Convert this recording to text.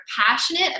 passionate